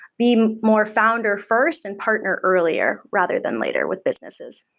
be more founder first and partner earlier rather than later with businesses.